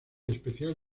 especial